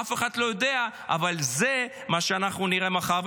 אף אחד לא יודע, אבל זה מה שאנחנו נראה מחר.